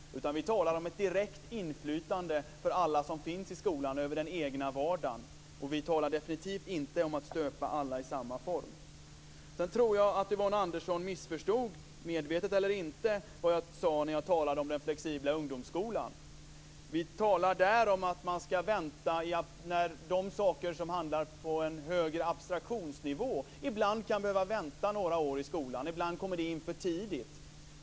Vi talar om ett direkt inflytande för alla som finns i skolan över den egna vardagen. Vi talar definitivt inte om att stöpa alla i samma form. Jag tror att Yvonne Andersson missförstod, medvetet eller inte, vad jag sade när jag talade om den flexibla ungdomsskolan. Vi talar där om att saker som handlar om en högre abstraktionsnivå ibland kommer in för tidigt i skolan och kan behöva vänta några år.